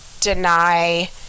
deny